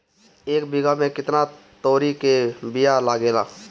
एक बिगहा में केतना तोरी के बिया लागेला?